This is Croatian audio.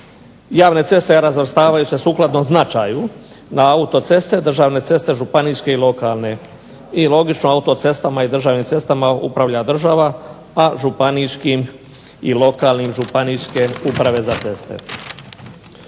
Javne ceste razvrstavaju se sukladno značaju na autoceste, državne ceste, županijske i lokalne. I logično, autocestama i državnim cestama upravlja država, a županijskim i lokalnim Županijske uprave za ceste.